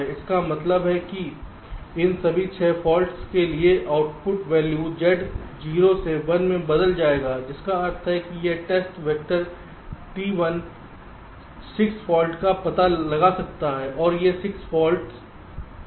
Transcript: इसका मतलब है कि इन सभी 6 फॉल्ट्स के लिए आउटपुट वैल्यू Z 0 से 1 में बदल जाएगा जिसका अर्थ है कि यह टेस्ट वेक्टर T1 6 फॉल्ट्स का पता लगा सकता है और ये 6 फाल्ट हैं